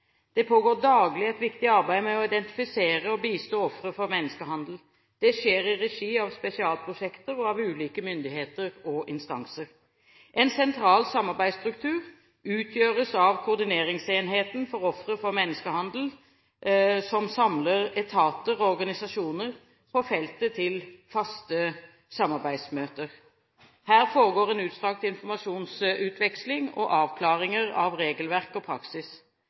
Det pågår daglig et viktig arbeid for å identifisere og bistå ofre for menneskehandel. Dette skjer i regi av spesialprosjekter og av ulike myndigheter og instanser. En sentral samarbeidsstruktur utgjøres av Koordineringsenheten for ofre for menneskehandel, som samler etater og organisasjoner på feltet til faste samarbeidsmøter. Her foregår en utstrakt informasjonsutveksling og avklaringer av regelverk og praksis.